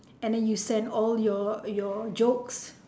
and then you send all your your jokes